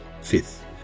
Fifth